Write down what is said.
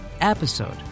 episode